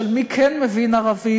של מי כן מבין ערבית,